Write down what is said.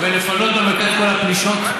ולפנות מהמרכז את כל הפלישות?